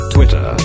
Twitter